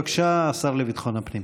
בבקשה, השר לביטחון הפנים.